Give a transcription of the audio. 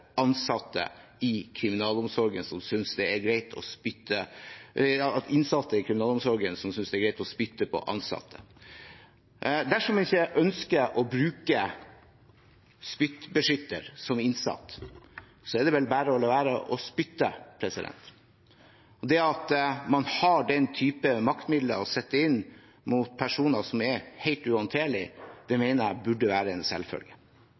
ansatte i kriminalomsorgen mot innsatte som synes det er greit å spytte på dem. Dersom man ikke ønsker å bruke spyttbeskytter som innsatt, er det vel bare å la være å spytte. Det at man har den type maktmidler å sette inn mot personer som er helt uhåndterlige, mener jeg burde være en selvfølge.